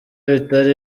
bitari